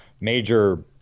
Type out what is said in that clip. major